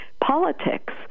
politics